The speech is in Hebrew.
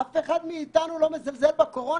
אף אחד מאיתנו לא מזלזל בקרונה.